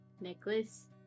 necklace